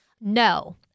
No